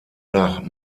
nach